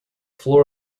floor